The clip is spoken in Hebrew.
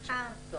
אוקיי.